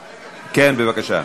אפשר לתקן את ההצבעה?